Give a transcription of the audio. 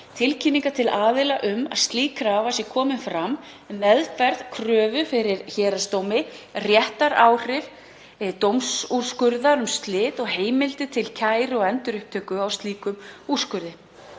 tilkynningar til aðila um að slík krafa sé komin fram um meðferð kröfu fyrir héraðsdómi, réttaráhrif dómsúrskurðar um slit og heimildir til kæru og endurupptöku á slíkum úrskurði.